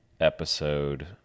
episode